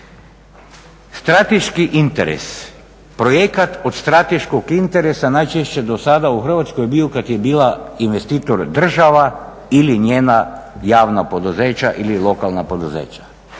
Strateški interes, projekat od strateškog interesa najčešće je do sada u Hrvatskoj bio kada je bila investitor država ili njena javna poduzeća ili lokalna poduzeća.